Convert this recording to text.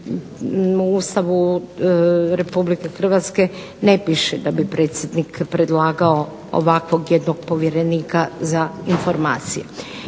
u Ustavu RH ne piše da bi predsjednik predlagao ovakvog jednog povjerenika za informacije.